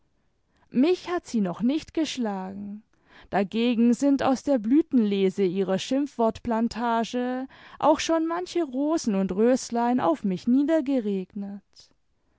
mich hat sie noch nicht geschlagen dagegen sind aus der blütenlese ihrer schimpfwortplantage auch schon manche rosen und röslein auf nüch niedereregnet